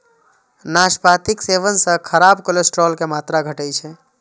नाशपातीक सेवन सं खराब कोलेस्ट्रॉल के मात्रा घटै छै